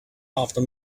after